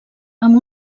amb